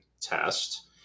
test